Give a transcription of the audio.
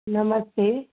नमस्ते